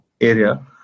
area